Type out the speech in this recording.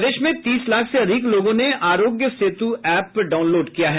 प्रदेश में तीस लाख से अधिक लोगों ने आरोग्य सेतु एप डाउनलोड किया है